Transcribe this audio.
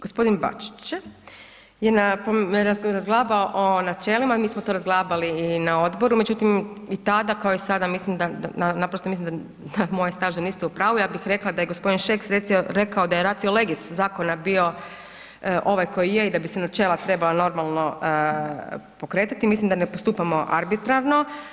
Gospodin Bačić, je razglabao o načelima, mi smo to razglabali i na odboru, međutim i tada kao i sada mislim da, naprosto mislim da, moj je stav da niste u pravu, ja bih rekla da je gospodin Šeks rekao da je ratio legis zakona bio ovaj koji je i da bi se načela trebala normalno pokretati, mislim da ne postupamo arbitrarno.